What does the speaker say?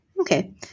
Okay